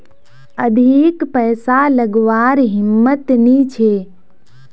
अधिक पैसा लागवार हिम्मत नी छे